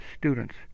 students